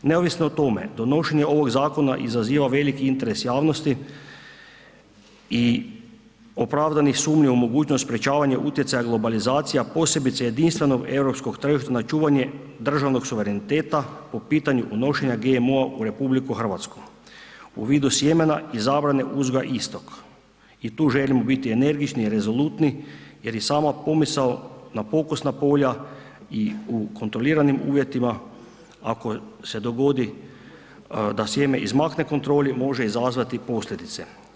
Neovisno o tome, donošenje ovog zakona izaziva veliki interes javnosti i opravdanih sumnji u mogućnost sprečavanje utjecaja globalizacija, posebice jedinstvenog europskog tržišta na čuvanje državnog suvereniteta po pitanju unošenja GMO-a u RH u vidu sjemena i zabrane uzgoja istog i tu želim energični, rezolutni jer i sama pomisao na pokusna polja i u kontroliranim uvjetima, ako se dogodi da sjeme izmakne kontroli, može izazvati posljedice.